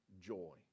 joy